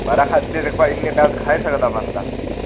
महाराज हद्द ऐ दिक्खेआं इन्ने पैसा खाई सकदा बंदा